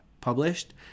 published